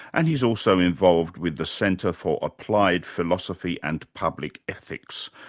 and he's also involved with the centre for applied philosophy and public ethics,